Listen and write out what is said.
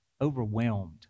overwhelmed